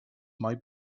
might